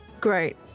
Great